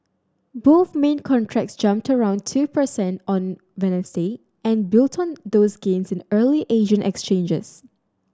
both main contracts jumped around two percent on Wednesday and built on those gains in early Asian exchanges